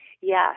Yes